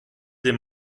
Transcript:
des